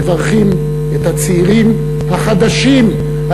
מברכים את הצעירים החדשים,